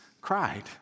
cried